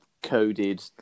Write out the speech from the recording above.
Coded